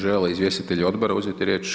Žele li izvjestitelji odbora uzeti riječ?